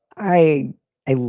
i i will.